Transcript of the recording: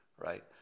right